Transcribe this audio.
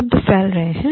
शब्द फैल रहे हैं